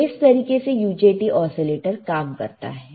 तो इस तरीके से UJT ओसीलेटर काम करता है